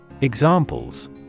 Examples